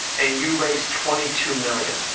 and you raise twenty two million,